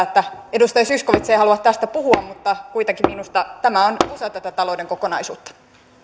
että edustaja zyskowicz ei halua tästä puhua mutta kuitenkin minusta tämä on osa tätä talouden kokonaisuutta